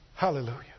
Hallelujah